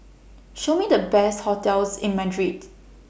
Show Me The Best hotels in Madrid